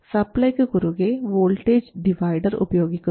സപ്ലൈക്ക് കുറുകെ voltage divider ഉപയോഗിക്കുന്നു